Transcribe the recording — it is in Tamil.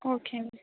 ஓகேங்க